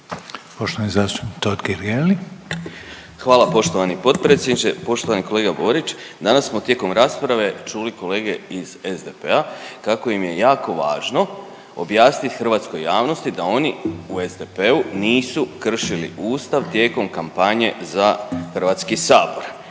**Totgergeli, Miro (HDZ)** Hvala poštovani potpredsjedniče, poštovani kolega Borić. Danas smo tijekom rasprave čuli kolege iz SDP-a kako im je jako važno objasnit hrvatskoj javnosti da oni u SDP-u nisu kršili Ustav tijekom kampanje za HS.